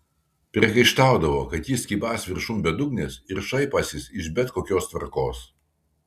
priekaištaudavo kad jis kybąs viršum bedugnės ir šaipąsis iš bet kokios tvarkos